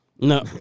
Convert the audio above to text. No